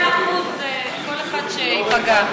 100% זה כל אחד שייפגע.